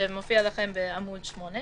שמופיע לכם בעמ' 8,